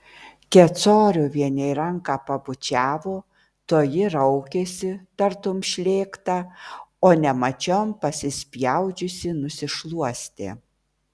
kecoriuvienei ranką pabučiavo toji raukėsi tartum šlėkta o nemačiom pasispjaudžiusi nusišluostė